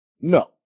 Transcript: No